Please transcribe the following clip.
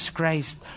Christ